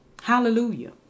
Hallelujah